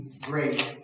great